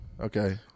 Okay